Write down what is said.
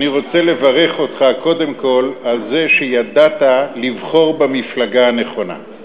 אני רוצה לברך אותך קודם כול על זה שידעת לבחור במפלגה הנכונה.